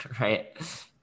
right